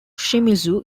shimizu